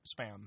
spam